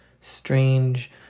strange